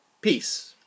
Peace